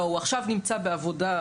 לא, הוא עכשיו נמצא בעבודה.